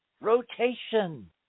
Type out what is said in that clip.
rotation